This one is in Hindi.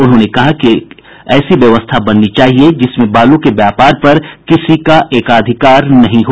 उन्होंने कहा कि एक ऐसी व्यवस्था बननी चाहिए जिसमें बालू के व्यापार पर किसी का एकाधिकार नहीं हो